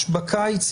בקיץ,